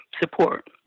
support